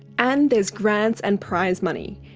and there's grants and prize money.